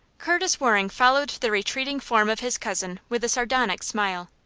curtis waring followed the retreating form of his cousin with a sardonic smile.